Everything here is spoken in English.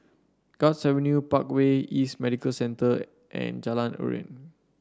Guards Avenue Parkway East Medical Centre and Jalan Aruan